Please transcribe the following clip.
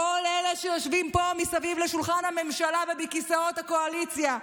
כל אלה שיושבים פה מסביב לשולחן הממשלה ובכיסאות הקואליציה,